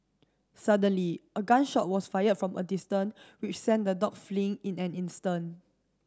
suddenly a gun shot was fired from a distance which sent the dog fleeing in an instant